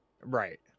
Right